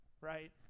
right